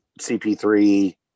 CP3